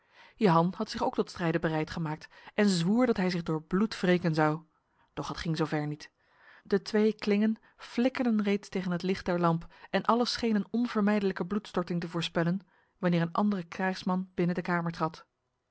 jehan had zich ook tot strijden bereid gemaakt en zwoer dat hij zich door bloed wreken zou doch het ging zo ver niet de twee klingen flikkerden reeds tegen het licht der lamp en alles scheen een onvermijdelijke bloedstorting te voorspellen wanneer een ander krijgsman binnen de kamer trad